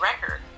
record